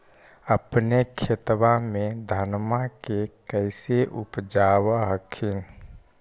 अपने खेतबा मे धन्मा के कैसे उपजाब हखिन?